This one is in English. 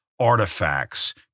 artifacts